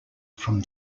from